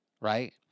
Right